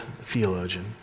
theologian